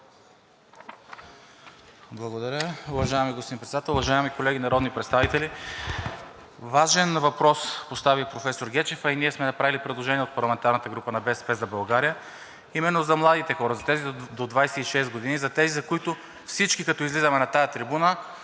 Благодаря, уважаеми господин Председател. Уважаеми колеги народни представители, важен въпрос постави професор Гечев, а и ние сме направили предложение от парламентарната група на „БСП за България“, именно за младите хора, за тези до 26 години, за тези, за които всички, като излизаме на тази трибуна,